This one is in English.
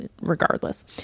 regardless